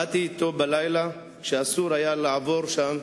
באתי אתו בלילה, כשהיה אסור לעבור שם,